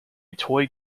toy